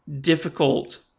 difficult